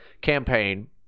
campaign